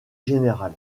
général